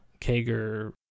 Kager